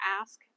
ask